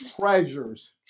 treasures